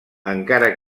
encara